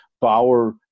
Bauer